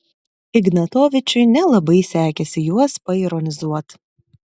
ignatovičiui nelabai sekėsi juos paironizuot